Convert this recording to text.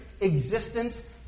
existence